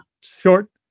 Short